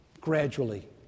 gradually